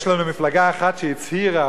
יש לנו מפלגה אחת שהצהירה,